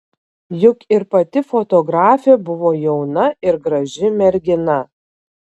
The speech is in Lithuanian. juk ir pati fotografė buvo jauna ir graži mergina